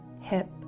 hip